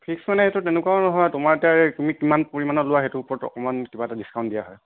fix মানে এইটো তেনেকুৱাও নহয় তোমাৰ এতিয়া তুমি কিমান পৰিমাণৰ লোৱা সেইটোৰ ওপৰত অকণমান কিবা এটা দিচকাউণ্ট দিয়া হয়